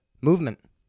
movement